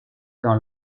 dans